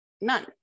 none